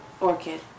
orchid